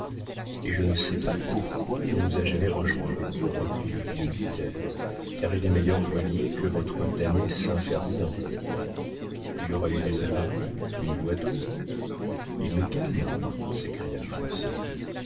et je ne sais pas pourquoi il ne nous a jamais rejoints reprit le vieux militaire car il est meilleur voilier que votre damné saint ferdinand il aura eu des avaries une voie d'eau il nous gagne s'écria le français